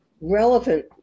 relevant